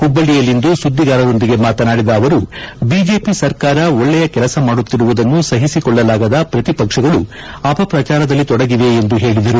ಹುಬ್ಲಕ್ಷ್ಮಿಯಲ್ಲಿಂದು ಸುದ್ಗಿಗಾರರೊಂದಿಗೆ ಮಾತನಾಡಿದ ಅವರು ಬಿಜೆಪಿ ಸರ್ಕಾರ ಒಳ್ಳೆ ಕೆಲಸ ಮಾಡುತ್ತಿರುವುದನ್ನು ಸಹಿಸಿಕೊಳ್ಳಲಾಗದ ಪ್ರತಿಪಕ್ಷಗಳು ಅಪಪ್ರಚಾರದಲ್ಲಿ ತೊಡಗಿವೆ ಎಂದು ಹೇಳಿದರು